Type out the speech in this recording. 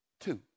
two